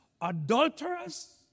adulterers